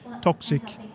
toxic